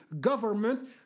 government